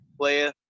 player